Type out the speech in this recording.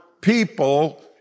people